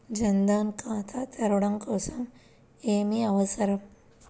జన్ ధన్ ఖాతా తెరవడం కోసం ఏమి అవసరం?